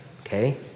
okay